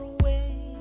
away